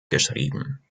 geschrieben